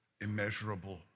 immeasurable